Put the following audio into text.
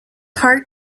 heart